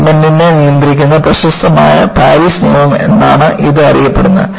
സെഗ്മെന്റിനെ നിയന്ത്രിക്കുന്ന പ്രശസ്തമായ പാരീസ് നിയമം എന്നാണ് ഇത് അറിയപ്പെടുന്നത്